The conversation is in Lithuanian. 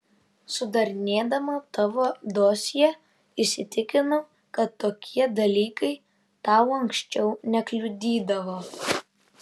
sudarinėdama tavo dosjė įsitikinau kad tokie dalykai tau anksčiau nekliudydavo